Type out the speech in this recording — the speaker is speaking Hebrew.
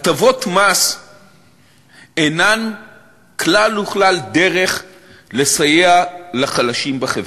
הטבות מס אינן כלל וכלל דרך לסייע לחלשים בחברה,